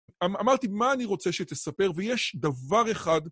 אמרתי, מה אני רוצה שתספר? ויש דבר אחד...